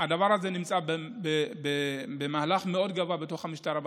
הדבר הזה נמצא במהלך מאוד גבוה בתוך המשטרה,